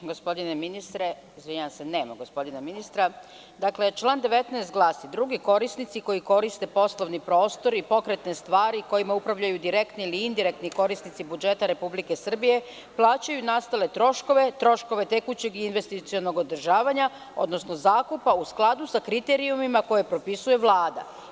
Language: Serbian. Gospodine ministre, izvinjavam se, nema gospodina ministra, dakle, član 19. glasi – drugi korisnici koji koriste poslovni prostor i pokretne stvari, kojima upravljaju direktni ili indirektni korisnici budžeta Republike Srbije, plaćaju nastale troškove, troškove tekućeg i investicionog održavanja, odnosno zakupa u skladu sa kriterijumima koje propisuje Vlada.